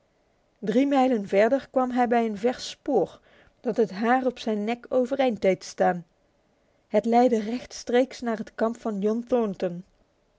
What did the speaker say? drie mijlen verder kwam hij bij een vers spoor dat het haar op zijn nek overeind deed staan het leidde rechtstreeks naar het kamp van